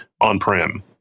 on-prem